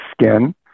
skin